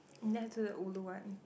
ulu one